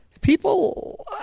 People